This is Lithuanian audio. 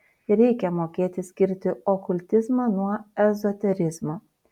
reikia mokėti skirti okultizmą nuo ezoterizmo